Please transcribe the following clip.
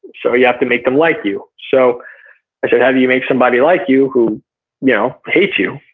so you have to make them like you, so i said how do you make somebody like you? who you know hates you,